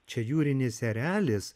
čia jūrinis erelis